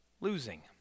losing